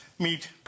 Meet